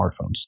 smartphones